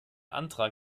antrag